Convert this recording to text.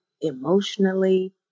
emotionally